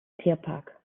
tierpark